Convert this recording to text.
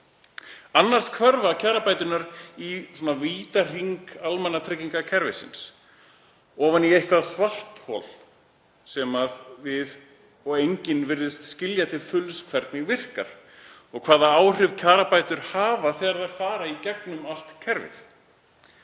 Annars hverfa kjarabæturnar í vítahring almannatryggingakerfisins, ofan í eitthvert svarthol sem við og enginn virðist skilja til fulls hvernig virkar og hvaða áhrif kjarabætur hafa þegar þær fara í gegnum allt kerfið.